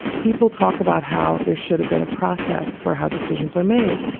people talk about how there should have been a process for how decisions are made.